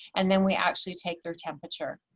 and then we actually take their temperature.